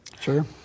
Sure